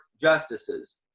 justices